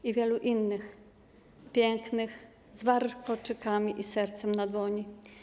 I wiele innych, pięknych, z warkoczykami i sercem na dłoni.